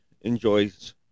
enjoys